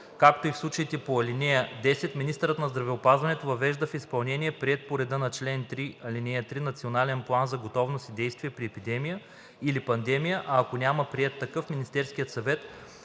както и в случаите по ал. 10, министърът на здравеопазването въвежда в изпълнение приет по реда на чл. 3, ал. 3 Национален план за готовност и действие при епидемия или пандемия, а ако няма приет такъв, Министерският съвет